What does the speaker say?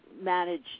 manage